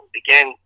again